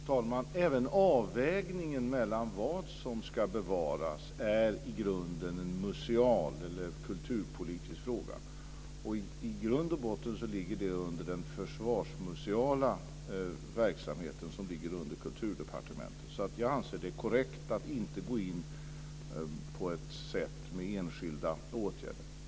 Fru talman! Även avvägningen mellan vad som ska bevaras är i grunden en museal eller kulturpolitisk fråga. I grund och botten ligger det under den försvarsmuseala verksamheten, som ligger under Kulturdepartementet. Jag anser därmed att det är korrekt att inte gå in med enskilda åtgärder.